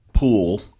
pool